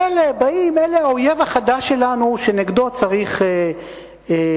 אלה האויב החדש שלנו, שנגדו צריך להילחם.